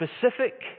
specific